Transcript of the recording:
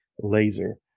laser